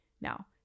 Now